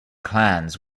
clans